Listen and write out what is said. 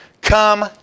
come